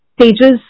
pages